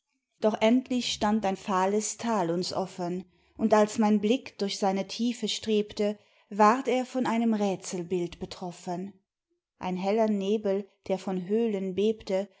doch endlich stand ein fahles tal uns offen und als mein blick durch seine tiefe strebte ward er von einem rätselbild betroffen ein heller nebel der von höhlen bebte